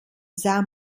sah